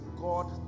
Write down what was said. God